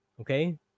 okay